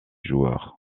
joueurs